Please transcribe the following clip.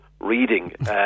reading